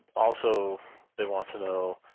also they want to know